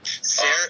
Sarah